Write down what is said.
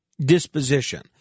disposition